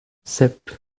sep